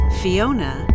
fiona